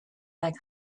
back